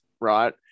right